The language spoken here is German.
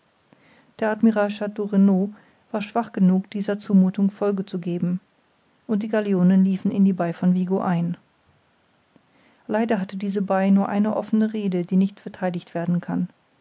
der admiral chateau renaud war schwach genug dieser zumuthung folge zu geben und die galionen liefen in die bai von vigo ein leider hat diese bai nur eine offene rhede die nicht vertheidigt werden kann